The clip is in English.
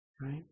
right